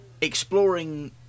exploring